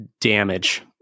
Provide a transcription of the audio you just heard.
damage